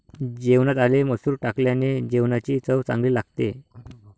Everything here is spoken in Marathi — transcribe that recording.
जेवणात आले मसूर टाकल्याने जेवणाची चव चांगली लागते